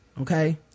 Okay